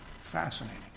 fascinating